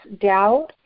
doubt